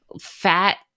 fat